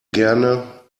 gerne